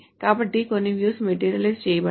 కాబట్టి కొన్ని views materialise చేయబడ్డాయి